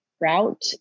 route